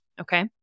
Okay